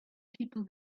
people